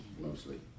mostly